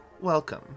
Welcome